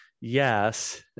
yes